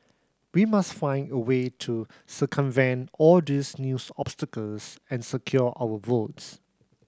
we must find a way to circumvent all these news obstacles and secure our votes